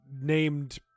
named